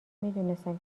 میدونستم